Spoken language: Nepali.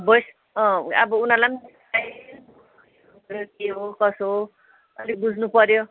अँ अब उनीहरूलाई पनि के हो कसो हो अलिक बुझ्नु पऱ्यो